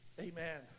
Amen